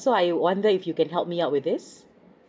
so I wonder if you can help me out with is